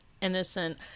innocent